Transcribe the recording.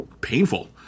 painful